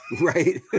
Right